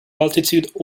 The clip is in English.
altitude